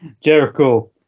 Jericho